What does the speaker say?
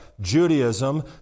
Judaism